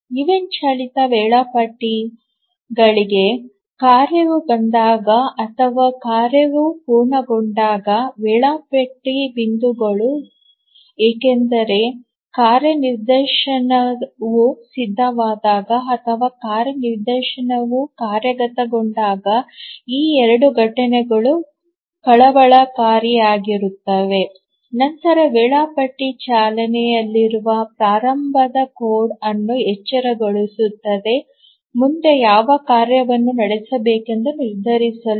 event ಚಾಲಿತ ವೇಳಾಪಟ್ಟಿಗಳಿಗೆ ಕಾರ್ಯವು ಬಂದಾಗ ಅಥವಾ ಕಾರ್ಯವು ಪೂರ್ಣಗೊಂಡಾಗ ವೇಳಾಪಟ್ಟಿ ಬಿಂದುಗಳು ಏಕೆಂದರೆ ಕಾರ್ಯ ನಿದರ್ಶನವು ಸಿದ್ಧವಾದಾಗ ಅಥವಾ ಕಾರ್ಯ ನಿದರ್ಶನವು ಕಾರ್ಯಗತಗೊಂಡಾಗ ಈ ಎರಡು ಘಟನೆಗಳು ಕಳವಳಕಾರಿಯಾಗಿರುತ್ತವೆ ನಂತರ ವೇಳಾಪಟ್ಟಿ ಚಾಲನೆಯಲ್ಲಿರುವ ಪ್ರಾರಂಭದ ಕೋಡ್ ಅನ್ನು ಎಚ್ಚರಗೊಳಿಸುತ್ತದೆ ಮುಂದೆ ಯಾವ ಕಾರ್ಯವನ್ನು ನಡೆಸಬೇಕೆಂದು ನಿರ್ಧರಿಸಲು